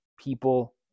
people